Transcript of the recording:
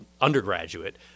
undergraduate